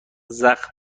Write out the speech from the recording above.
زخم